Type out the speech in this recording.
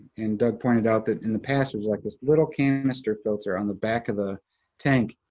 and doug pointed out that in the past was like this little canister filter on the back of the tank.